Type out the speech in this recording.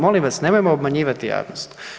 Molim vas, nemojmo obmanjivati javnost.